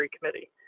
Committee